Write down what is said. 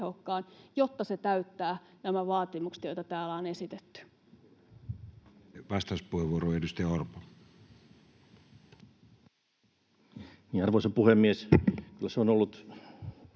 jotta se täyttää nämä vaatimukset, joita täällä on esitetty. Vastauspuheenvuoro, edustaja Orpo. Arvoisa puhemies! Se on ollut